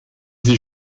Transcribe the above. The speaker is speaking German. sie